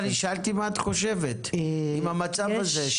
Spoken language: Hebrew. אני שאלתי מה את חושבת על המצב הזה,